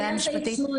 לעניין סעיף 8,